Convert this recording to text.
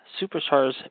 superstars